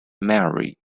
mary